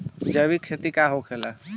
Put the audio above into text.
जैविक खेती का होखेला?